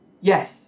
Yes